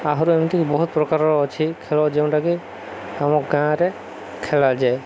ଆହୁରି ଏମିତି ବହୁତ ପ୍ରକାରର ଅଛି ଖେଳ ଯେଉଁଟାକି ଆମ ଗାଁରେ ଖେଳାଯାଏ